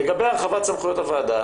לגבי הרחבת סמכויות הוועדה,